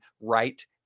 right